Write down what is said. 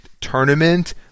tournament